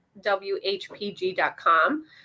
whpg.com